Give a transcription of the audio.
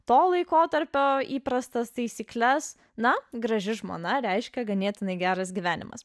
to laikotarpio įprastas taisykles na graži žmona reiškia ganėtinai geras gyvenimas